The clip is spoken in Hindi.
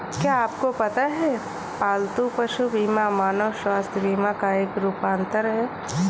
क्या आपको पता है पालतू पशु बीमा मानव स्वास्थ्य बीमा का एक रूपांतर है?